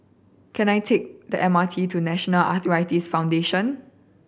can I take the M R T to National Arthritis Foundation